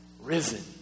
risen